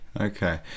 okay